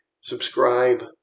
Subscribe